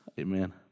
Amen